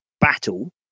battle